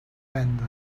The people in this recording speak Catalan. venda